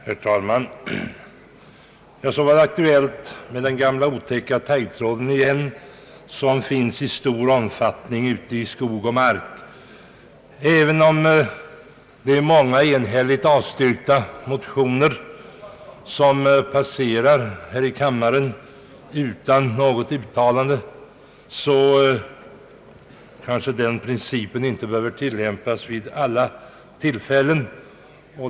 Herr talman! Så var det aktuellt igen med den gamla otäcka taggtråden som finns i stor omfattning i skog och mark. Även om många enhälligt avstyrkta motioner passerar i kammaren utan något uttalande, kanske den principen inte behöver tillämpas vid alla tillfällen.